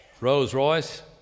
Rolls-Royce